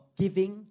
giving